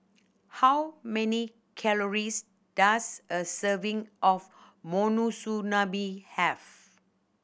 how many calories does a serving of Monsunabe have